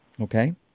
Okay